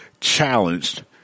challenged